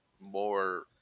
more